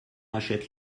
achète